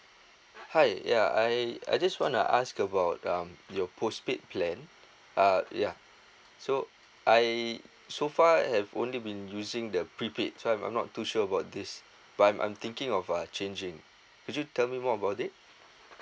hi ya I I just wanna ask about um you postpaid plan uh yeah so I so far I have only been using the prepaid so I'm I'm not too sure about this but I'm I'm thinking of uh changing could you tell me more about it